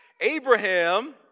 Abraham